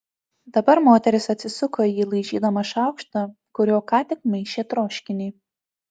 dabar moteris atsisuko į jį laižydama šaukštą kuriuo ką tik maišė troškinį